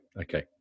Okay